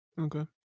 Okay